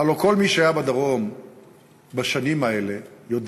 הלוא כל מי שהיה בדרום בשנים האלה יודע